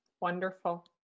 Wonderful